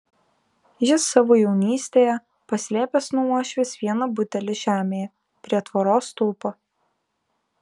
jis savo jaunystėje paslėpęs nuo uošvės vieną butelį žemėje prie tvoros stulpo